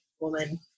woman